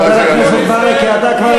אולי זה יעניין אותך.